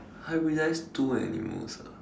hybridise two animals ah